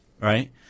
right